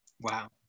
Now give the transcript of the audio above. Wow